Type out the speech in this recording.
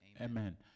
Amen